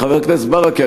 חבר הכנסת ברכה,